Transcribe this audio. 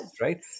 right